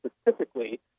specifically